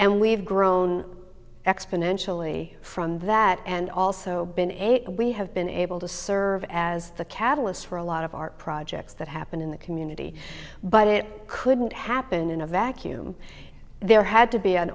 we've grown exponentially from that and also been eight we have been able to serve as the catalyst for a lot of art projects that happen in the community but it couldn't happen in a vacuum there had to be an